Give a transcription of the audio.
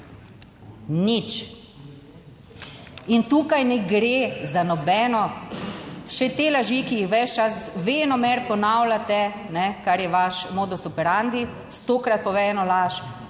Nič. In tukaj ne gre za nobeno … Še te laži, ki jih ves čas, venomer ponavljate, kar je vaš modus operandi, stokrat pove eno laž,